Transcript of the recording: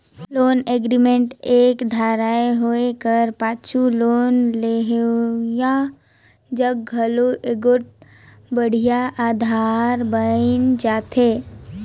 loan agreement एक धाएर होए कर पाछू लोन लेहोइया जग घलो एगोट बड़िहा अधार बइन जाथे